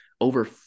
over